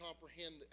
comprehend